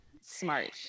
Smart